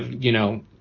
you know,